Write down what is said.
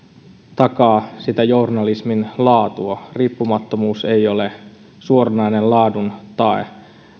takaa journalismin laatua riippumattomuus ei ole suoranainen laadun tae